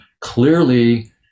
Clearly